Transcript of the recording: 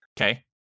Okay